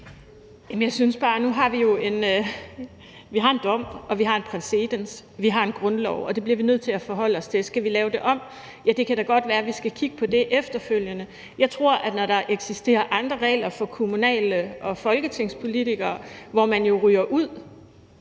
Jeg synes bare, at nu har vi en dom, og vi har en præcedens, og vi har en grundlov, og det bliver vi nødt til at forholde os til. Skal vi lave det om? Ja, det kan da godt være, at vi skal kigge på det efterfølgende. Jeg tror, at når der eksisterer andre regler for kommunal- og regionsrådspolitikere, hvor man jo ryger ud,